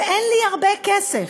אין לי הרבה כסף.